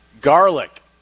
Garlic